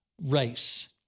race